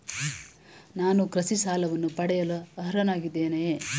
ನಾನು ಕೃಷಿ ಸಾಲವನ್ನು ಪಡೆಯಲು ಅರ್ಹನಾಗಿದ್ದೇನೆಯೇ?